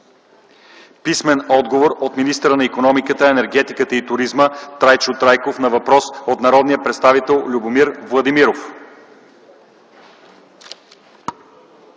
Писмен отговор от министъра на икономиката, енергетиката и туризма Трайчо Трайков на въпрос от народния представител Любомир Владимиров.